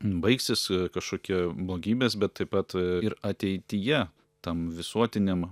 baigsis kažkokie blogybės bet taip pat ir ateityje tam visuotiniam